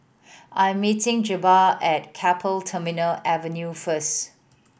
i am meeting Jabbar at Keppel Terminal Avenue first